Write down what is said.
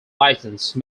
licence